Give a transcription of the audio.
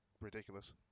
ridiculous